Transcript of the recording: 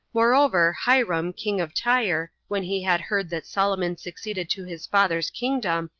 moreover hiram, king of tyre, when he had heard that solomon succeeded to his father's kingdom,